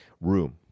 room